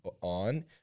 on